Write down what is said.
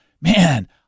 man